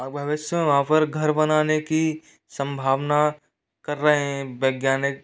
भविष्य में वहाँ पर घर बनाने की संभावना कर रहे हैं वैज्ञानिक